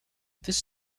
this